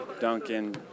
Duncan